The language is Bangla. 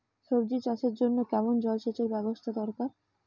সবজি চাষের জন্য কেমন জলসেচের ব্যাবস্থা দরকার?